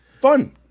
fun